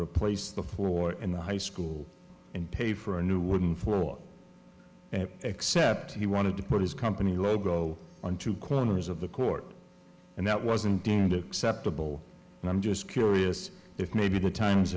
replace the four in the high school and pay for a new wooden four except he wanted to put his company logo on two corners of the court and that wasn't deemed except a bow and i'm just curious if maybe the times